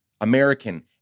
American